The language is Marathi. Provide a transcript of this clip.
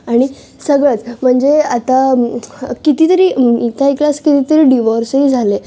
आणि सगळंच म्हणजे आता कितीतरी काही केल्यास कितीतरी डिव्होर्सही झाले